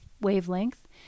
wavelength